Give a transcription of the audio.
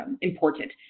important